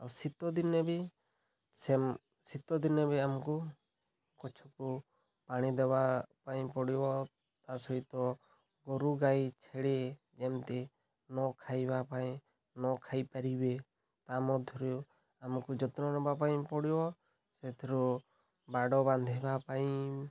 ଆଉ ଶୀତ ଦିନେ ବି ସେ ଶୀତଦିନେ ବି ଆମକୁ ପାଣି ଦେବା ପାଇଁ ପଡ଼ିବ ତା'ସହିତ ଗୋରୁ ଗାଈ ଛେଳି ଯେମିତି ନ ଖାଇବା ପାଇଁ ନ ଖାଇପାରିବେ ତା'ମଧ୍ୟରୁ ଆମକୁ ଯତ୍ନ ନେବା ପାଇଁ ପଡ଼ିବ ସେଥିରୁ ବାଡ଼ ବାନ୍ଧିବା ପାଇଁ